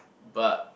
but